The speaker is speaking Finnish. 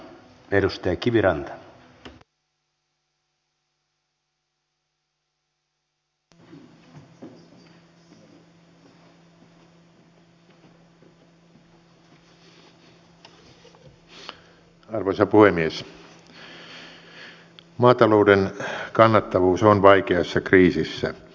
maatalouden kannattavuus on vaikeassa kriisissä